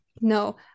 No